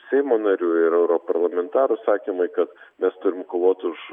seimo narių ir europarlamentarų sakymai kad mes turim kovot už